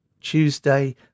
Tuesday